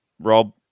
Rob